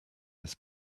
this